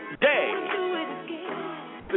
Day